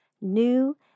New